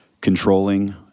controlling